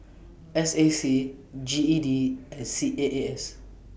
S A C G E D and C A A S